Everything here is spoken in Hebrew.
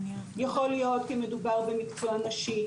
יכול להיות כי מדובר במקצוע נשי,